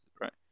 right